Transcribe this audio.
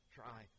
try